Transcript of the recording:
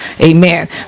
Amen